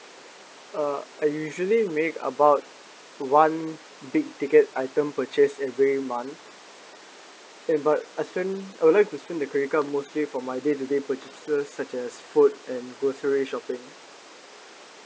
uh I usually make about one big ticket item purchase every month and but I think I would like to think the credit card mostly for my day to day purchases such as food and grocery shopping